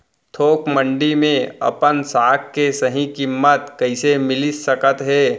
थोक मंडी में अपन साग के सही किम्मत कइसे मिलिस सकत हे?